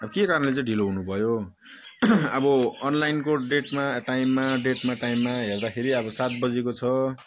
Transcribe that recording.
अब के कारणले चाहिँ ढिलो हुनुभयो अब अनलाइनको डेटमा टाइममा डेटमा टाइममा हेर्दाखेरि अब सात बजीको छ